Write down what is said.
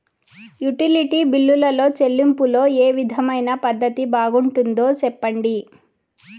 Utility బిల్లులో చెల్లింపులో ఏ విధమైన పద్దతి బాగుంటుందో సెప్పండి?